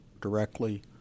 directly